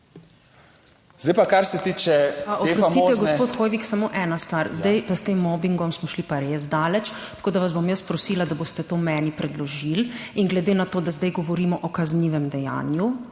MAG. URŠKA KLAKOČAR ZUPANČIČ:** Oprostite, gospod Hoivik, samo ena stvar, zdaj s tem mobingom smo šli pa res daleč, tako da vas bom jaz prosila, da boste to meni predložili in glede na to, da zdaj govorimo o kaznivem dejanju